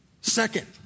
Second